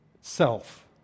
Self